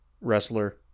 wrestler